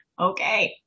okay